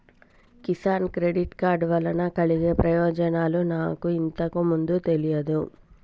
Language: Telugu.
కిసాన్ క్రెడిట్ కార్డు వలన కలిగే ప్రయోజనాలు నాకు ఇంతకు ముందు తెలియదు